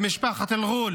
במשפחת אל-ע'ול